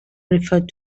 refer